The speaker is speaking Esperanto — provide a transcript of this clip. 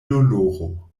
doloro